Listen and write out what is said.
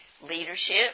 leadership